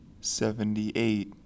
Seventy-eight